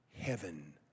heaven